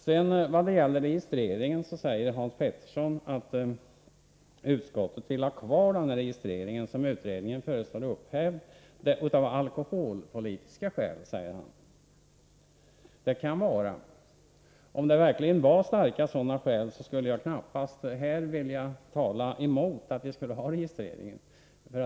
Hans Pettersson i Helsingborg säger vidare att utskottet av alkoholpolitiska skäl vill ha kvar den registrering som utredningen föreslår skall upphävas. Om det verkligen fanns starka sådana skäl, då skulle jag knappast tala emot denna registrering.